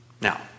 Now